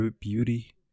beauty